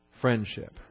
friendship